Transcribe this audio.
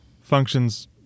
functions